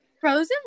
Frozen